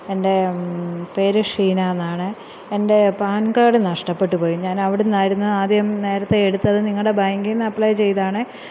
എൻ്റെ പേര് ഷീന എന്നാണ് എൻ്റെ പാൻ കാഡ് നക്ഷ്ടപെട്ടു പോയി ഞാൻ അവിടെ നിന്നായിരുന്നു ആദ്യം നേരത്തെ എടുത്തത് നിങ്ങടെ ബാങ്കിൽ നിന്ന് അപ്ലൈ ചെയ്താണ്